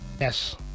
Yes